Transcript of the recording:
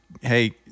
hey